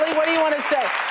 what do you want to say?